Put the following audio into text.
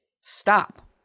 Stop